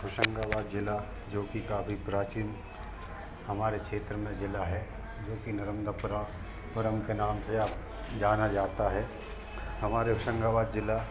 होशंगाबाद ज़िला जोकि काफी प्राचीन हमारे क्षेत्र में ज़िला है जोकि नर्मदापुरा पुरम के नाम से अब जाना जाता है हमारे होशंगाबाद ज़िले